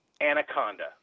Anaconda